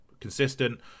consistent